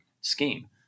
scheme